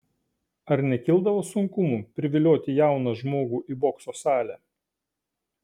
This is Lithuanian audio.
ar nekildavo sunkumų privilioti jauną žmogų į bokso salę